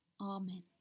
Amen